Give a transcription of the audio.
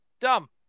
Dumb